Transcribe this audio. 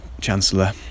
chancellor